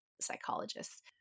Psychologists